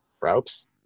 ropes